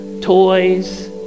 toys